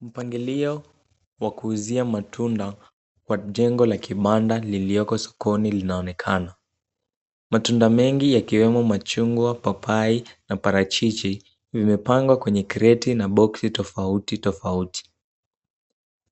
Mpangilio wa kuuzia matunda kwa jengo la kibanda lilioko sokoni linaonekana. Matunda mengi yakiwemo machungwa, papai na parachichi vimepangwa kwenye kreti na boksi tofauti tofauti.